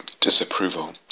disapproval